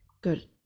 Good